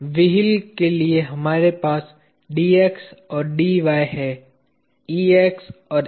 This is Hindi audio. व्हील के लिए हमारे पास Dx और Dy है Ex और Ey